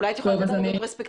אולי את יכולה לתת לנו פרספקטיבה.